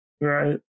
Right